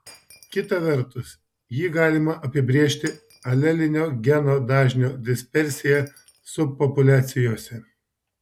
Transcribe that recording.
kita vertus jį galima apibrėžti alelinio geno dažnio dispersija subpopuliacijose